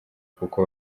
kuko